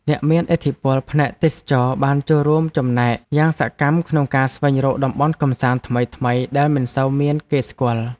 អ្នកមានឥទ្ធិពលផ្នែកទេសចរណ៍បានចូលរួមចំណែកយ៉ាងសកម្មក្នុងការស្វែងរកតំបន់កម្សាន្តថ្មីៗដែលមិនសូវមានគេស្គាល់។